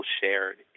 shared